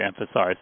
emphasize